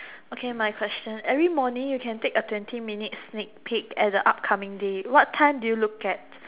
okay my question every morning you can take a twenty minutes sneak peek at the upcoming day what time do you look at